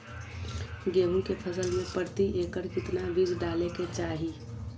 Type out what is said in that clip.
गेहूं के फसल में प्रति एकड़ कितना बीज डाले के चाहि?